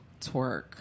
twerk